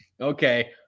Okay